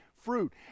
fruit